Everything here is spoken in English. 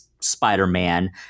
Spider-Man